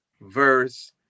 verse